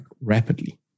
rapidly